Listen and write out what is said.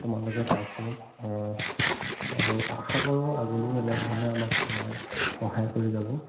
বৰ্তমানলৈকে পাইছোঁ আৰু আশা কৰোঁ আগলৈও এনেধৰণে আমাক সহায় কৰি যাব